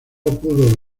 pudo